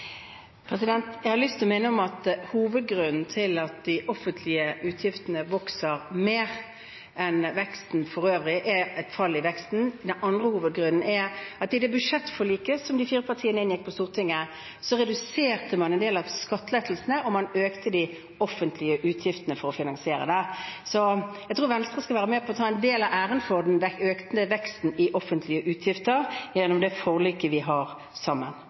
Jeg har lyst å minne om at hovedgrunnen til at de offentlige utgiftene vokser mer enn veksten for øvrig, er et fall i veksten. Den andre hovedgrunnen er at man i budsjettforliket som de fire partiene inngikk på Stortinget, reduserte en del av skattelettelsene og økte de offentlige utgiftene for å finansiere det. Så jeg tror Venstre skal være med og ta en del av æren for den økte veksten i offentlige utgifter gjennom det forliket vi har inngått sammen.